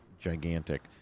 gigantic